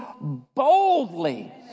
boldly